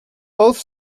both